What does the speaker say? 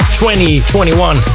2021